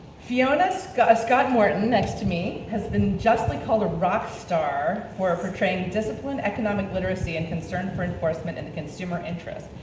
fiona scott scott morton, next to me, has been justly called a rockstar for portraying disciplined economic literacy and concern for enforcement in the consumer interest.